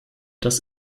das